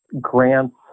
grants